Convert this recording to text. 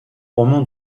roman